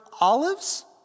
olives